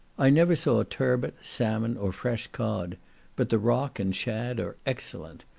i never saw turbot, salmon, or fresh cod but the rock and shad are excellent.